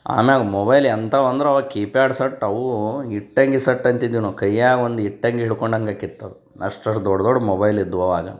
ಆಮ್ಯಾಗೆ ಮೊಬೈಲ್ ಎಂಥವು ಅಂದ್ರೆ ಅವು ಕಿಪ್ಯಾಡ್ ಸಟ್ ಅವು ಇಟ್ಟಂಗಿ ಸಟ್ ಅಂತಿದ್ವಿ ನಾವು ಕೈಯಾಗೆ ಒಂದು ಇಟ್ಟಂಗಿ ಹಿಡ್ಕೊಂಡಾಂಗ ಆಕಿತ್ತು ಅದು ಅಷ್ಟಷ್ಟು ದೊಡ್ಡ ದೊಡ್ಡ ಮೊಬೈಲ್ ಇದ್ದವು ಆವಾಗ